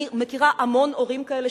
אני מכירה המון הורים כאלה,